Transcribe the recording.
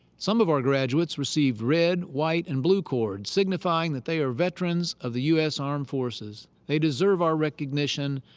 some of our graduates received red, white, and blue cords signifying that they are veterans of the us armed forces. they deserve our recognition,